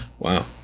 Wow